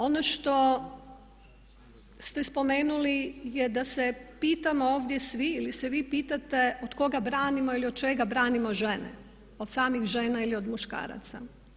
Ono što ste spomenuli je da se pitamo ovdje svi ili se vi pitate od koga branimo ili od čega branimo žene, od samih žena ili od muškaraca.